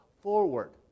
forward